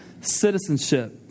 citizenship